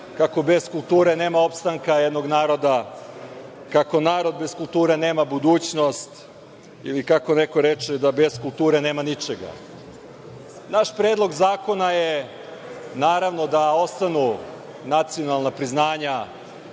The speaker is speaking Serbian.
kako bez kulture nema opstanka jednog naroda, kako narod bez kulture nema budućnost ili kako neko reče, da bez kulture nema ničega. Naš Predlog zakona je, naravno, da ostanu nacionalna priznanja